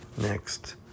Next